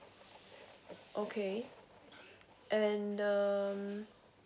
okay and err